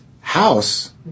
house